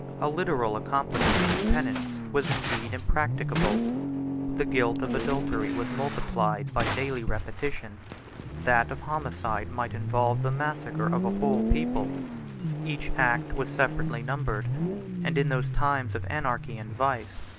a literal accomplishment of penance was indeed impracticable the guilt of adultery was multiplied by daily repetition that of homicide might involve the massacre of a whole people each act was separately numbered and, in those times of anarchy and vice,